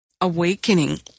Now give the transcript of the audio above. awakening